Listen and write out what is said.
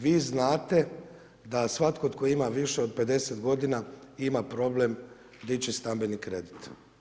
Vi znate da svatko tko ima više od 50 godina ima problem dići stambeni kredit.